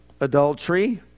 adultery